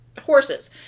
horses